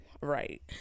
Right